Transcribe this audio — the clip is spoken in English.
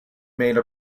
made